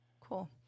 Cool